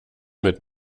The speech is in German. mit